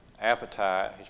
Appetite